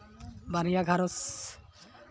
ᱵᱟᱨᱭᱟ ᱜᱷᱟᱨᱚᱸᱡᱽ